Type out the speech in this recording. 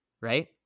right